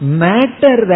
matter